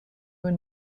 one